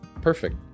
Perfect